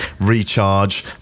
recharge